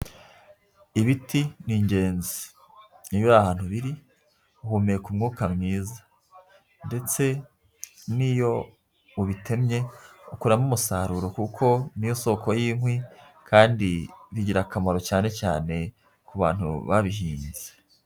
Ibiti ni ingenzi, iyo uri ahantu biri uhumeka umwuka mwiza ndetse n'iyo ubitemye ukuramo umusaruro kuko ni yo soko y'inkwi kandi bigira akamaro cyane cyane ku bantu babihinze.